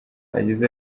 yagize